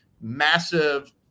massive